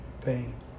pain